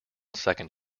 second